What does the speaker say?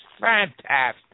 fantastic